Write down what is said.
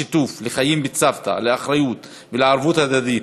לשיתוף, לחיים בצוותא, לאחריות ולערבות הדדית.